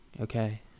okay